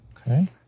Okay